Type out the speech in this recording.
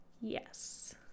Yes